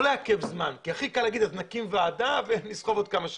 לא לעכב זמן כי הכי קל לומר שנקים ועדה ונסחב עוד כמה שנים.